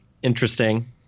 Interesting